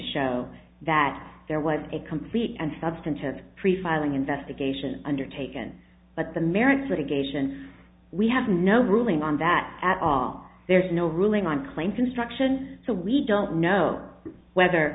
show that there was a complete and substantive pre filing investigation undertaken but the merits litigation we have no ruling on that at all there's no ruling on claim construction so we don't know whether